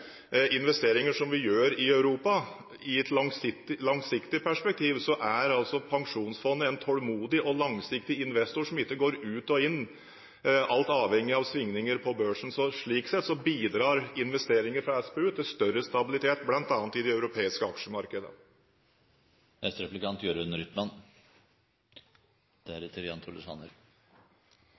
Pensjonsfondet en tålmodig og langsiktig investor, som ikke går ut og inn avhengig av svingninger på børsen. Slik sett bidrar investeringer fra SPU til større stabilitet bl.a. i de europeiske aksjemarkedene.